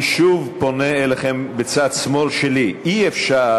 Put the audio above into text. אני שוב פונה אליכם בצד שמאל שלי: אי-אפשר